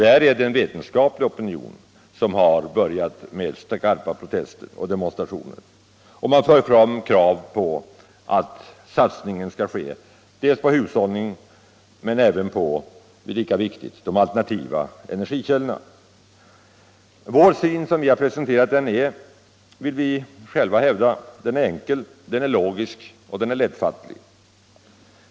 Där är det en vetenskaplig opinion som har börjat med skarpa protester och demonstrationer. Man för fram krav på att satsningen skall ske dels på hushållning, dels, och det är lika viktigt, på de alternativa energikällorna. Vår syn som vi har presenterat den är, vill vi själva hävda, enkel, logisk och lättfattlig.